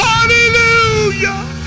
Hallelujah